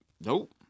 Nope